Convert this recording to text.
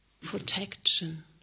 protection